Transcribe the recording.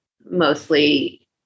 mostly